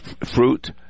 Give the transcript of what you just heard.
fruit